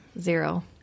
Zero